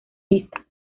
lisa